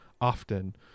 often